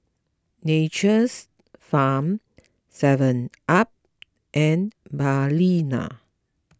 Nature's Farm SevenUp and Balina